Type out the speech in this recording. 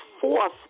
fourth